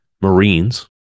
Marines